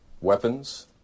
weapons